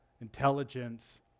intelligence